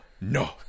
no